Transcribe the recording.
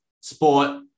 sport